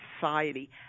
society